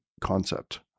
concept